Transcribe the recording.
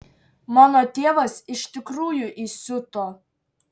mano tėvas iš tikrųjų įsiuto